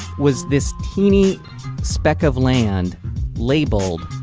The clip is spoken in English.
was this teeny speck of land labelled